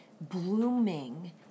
blooming